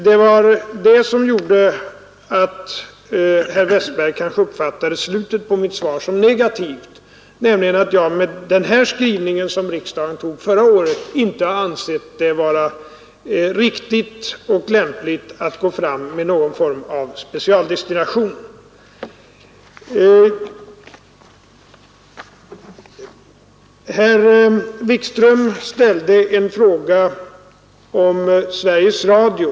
Det var det som gjorde att herr Westberg i Ljusdal kanske uppfattade slutet på mitt svar som negativt, nämligen att jag med den skrivning som riksdagen tog förra året inte har ansett det vara riktigt och lämpligt att gå fram med någon form av specialdestination. Herr Wikström ställde en fråga om Sveriges Radio.